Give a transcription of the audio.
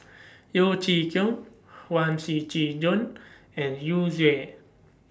Yeo Chee Kiong Huang Shiqi Joan and Yu Zhuye